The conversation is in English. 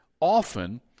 often